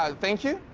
ah thank you.